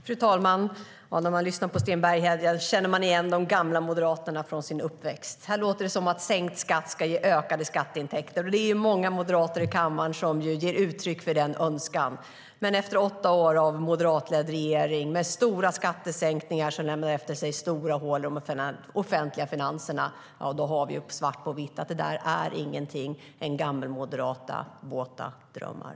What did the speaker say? Fru talman! När man lyssnar på Sten Bergheden känner man igen de gamla Moderaterna från sin uppväxt. Det låter som att sänkt skatt ska ge ökade skatteintäkter. Många moderater i kammaren ger uttryck för den önskan. Men efter åtta år med moderatledd regering och stora skattesänkningar som lämnade efter sig väldiga hål i de offentliga finanserna har vi fått svart på vitt att det inte är något annat än gammelmoderata våta drömmar.